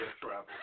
travel